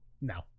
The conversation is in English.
No